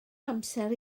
amser